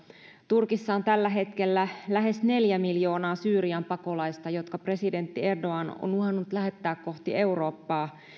turkissa on tällä hetkellä lähes neljä miljoonaa syyrian pakolaista jotka presidentti erdogan on uhannut lähettää kohti eurooppaa